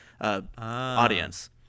audience